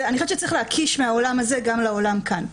ואני חושבת שצריך להקיש מהעולם הזה גם לעולם כאן.